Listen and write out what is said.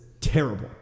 terrible